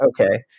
Okay